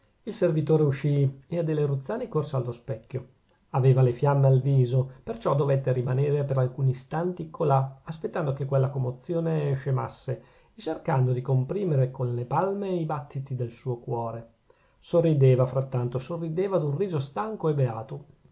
il servitore uscì e adele ruzzani corse allo specchio aveva le fiamme al viso perciò dovette rimanere per alcuni istanti colà aspettando che quella commozione scemasse e cercando di comprimere con le palme i battiti del suo cuore sorrideva frattanto sorrideva d'un riso stanco e beato